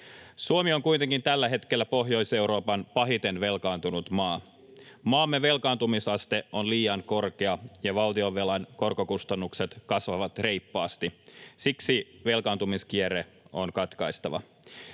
Suomi on kuitenkin tällä hetkellä Pohjois-Euroopan pahiten velkaantunut maa. Maamme velkaantumisaste on liian korkea ja valtionvelan korkokustannukset kasvavat reippaasti. Siksi velkaantumiskierre on katkaistava.